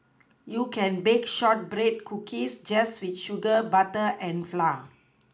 you can bake shortbread cookies just with sugar butter and flour